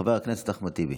חבר הכנסת אחמד טיבי,